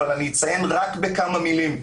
אבל אני אציין רק בכמה מילים.